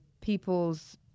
people's